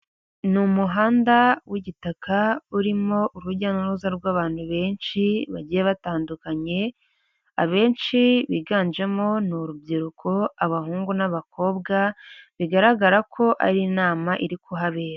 Ni umuhanda w'igitaka urimo urujya n'uruza rw'abantu benshi bagiye batandukanye, abenshi biganjemo n’urubyiruko abahungu n'abakobwa, bigaragara ko ari inama iri kuhabera.